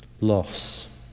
loss